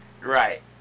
Right